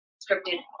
scripted